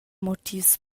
motivs